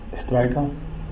striker